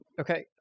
Okay